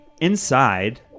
Inside